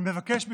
אני מבקש מכם,